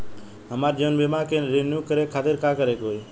हमार जीवन बीमा के रिन्यू करे खातिर का करे के होई?